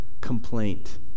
Complaint